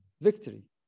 victory